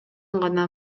гана